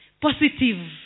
Positive